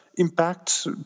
impact